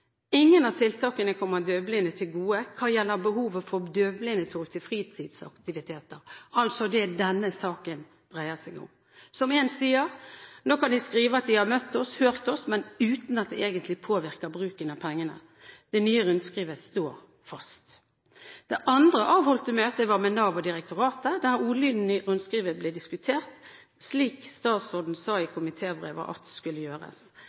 Ingen av tiltakene kommer døvblinde til gode hva gjelder behovet for døvblindtolk til fritidsaktiviteter – altså det som denne saken dreier seg om. Som en sier: Nå kan de skrive at de har møtt oss og hørt oss, men uten at det egentlig påvirker bruken av pengene. Det nye rundskrivet står fast. Det andre avholdte møtet var med Nav og direktoratet, der ordlyden i rundskrivet ble diskutert, slik statsråden sa i komitébrevet at skulle gjøres.